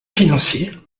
financiers